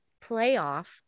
playoff